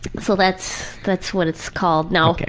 so that's that's what it's called now.